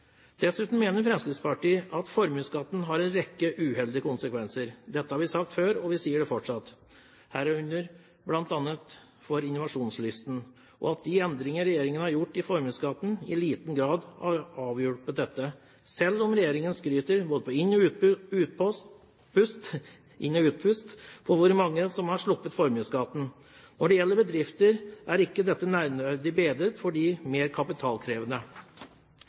Dessuten mener Fremskrittspartiet at formuesskatten har en rekke uheldige konsekvenser, bl.a. for innovasjonslysten – dette har vi sagt før, og vi sier det fortsatt – og de endringer regjeringen har gjort i formuesskatten, har i liten grad avhjulpet dette, selv om regjeringen både på inn- og utpust skryter av hvor mange som har sluppet formuesskatt. Når det gjelder bedrifter, er det ingen nevneverdig bedring for de mer kapitalkrevende.